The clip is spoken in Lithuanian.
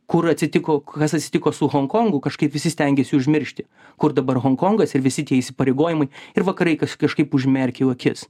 kur atsitiko kas atsitiko su honkongu kažkaip visi stengiasi užmiršti kur dabar honkongas ir visi tie įsipareigojimai ir vakarai kaš kažkaip užmerkiau akis